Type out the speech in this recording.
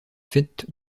faite